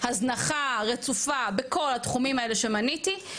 הזנחה רצופה בכל התחומים האלה שמניתי,